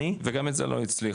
וגם את זה לא הצליחה.